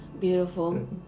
Beautiful